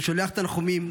אני שולח תנחומים,